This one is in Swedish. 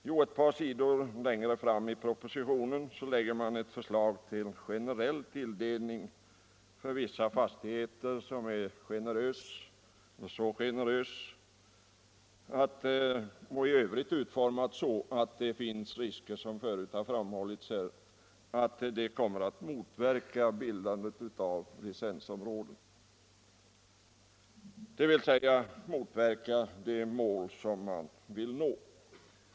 Jo, ett par sidor längre fram i propositionen framläggs ett förslag till generell tilldelning för vissa fastigheter som är mycket generöst och i övrigt utformat så att det finns risker — som förut framhållits här — för att det kommer att motverka bildandet av licensområden, dvs. motverka de mål som man vill nå.